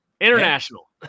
international